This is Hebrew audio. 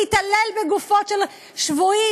להתעלל בגופות של שבויים?